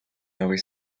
новий